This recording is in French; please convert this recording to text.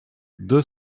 deux